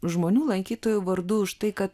žmonių lankytojų vardu už tai kad